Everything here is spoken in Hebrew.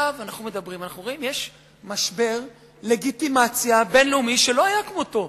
אנחנו רואים שיש משבר לגיטימציה בין-לאומי שלא היה כמותו.